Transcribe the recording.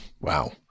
Wow